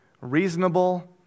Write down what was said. reasonable